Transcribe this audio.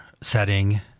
setting